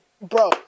bro